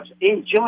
enjoy